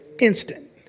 instant